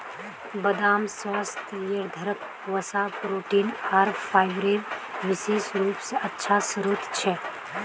बदाम स्वास्थ्यवर्धक वसा, प्रोटीन आर फाइबरेर विशेष रूप स अच्छा स्रोत छ